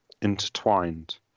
intertwined